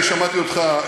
אני שמעתי אותך,